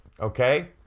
Okay